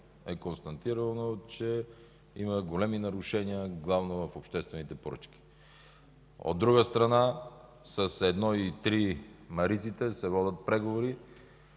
е констатирано, е, че има големи нарушения главно в обществените поръчки. От друга страна, с Мариците 1 и 3 се водят преговори.